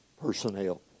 personnel